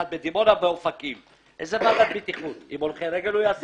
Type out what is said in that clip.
עם כל הכבוד לוועדת הבטיחות הזו, האחריות היא לא